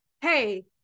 Hey